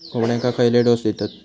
कोंबड्यांक खयले डोस दितत?